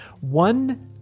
one